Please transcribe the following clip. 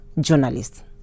journalist